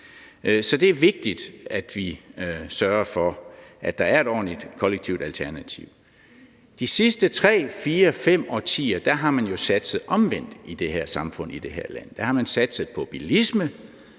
Så det er vigtigt, at vi sørger for, at der er et ordentligt kollektivt alternativ. De sidste 3, 4, 5 årtier har man jo satset omvendt i det her samfund, i det her land. Der har man satset på bilisme,